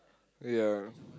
ya